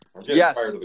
Yes